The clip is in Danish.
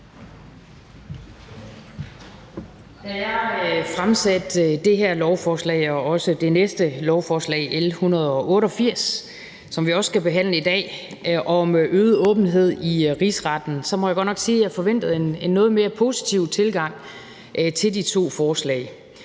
Da jeg fremsatte det her lovforslag og også det næste lovforslag, L 188, som vi også skal behandle i dag, om øget åbenhed i Rigsretten, så forventede jeg, må jeg godt nok sige, en noget mere positiv tilgang til de to forslag.